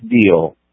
deal